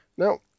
Now